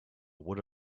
would